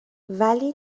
ولی